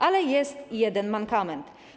Ale jest jeden mankament.